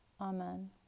Amen